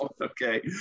Okay